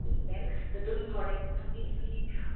तितूंत थोडेंशें आमी